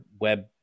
Web